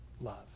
love